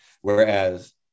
Whereas